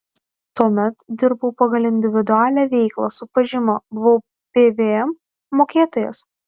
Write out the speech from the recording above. tuomet dirbau pagal individualią veiklą su pažyma buvau pvm mokėtojas